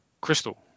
crystal